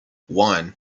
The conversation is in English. one